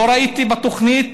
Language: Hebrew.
לא ראיתי בתוכנית.